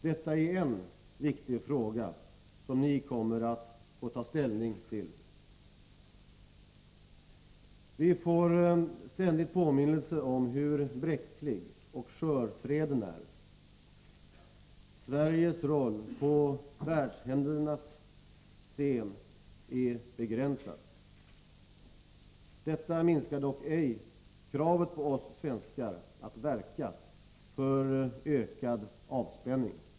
Detta är en viktig fråga som ni kommer att få ta ställning till. Vi får ständigt påminnelser om hur bräcklig och skör freden är. Sveriges roll på världshändelsernas scen är begränsad. Detta minskar dock ej kravet på oss svenskar att verka för ökad avspänning.